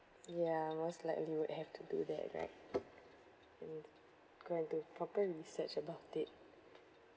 ya most likely would have to do that right mm go and do proper research about it